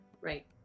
Right